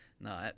no